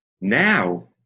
Now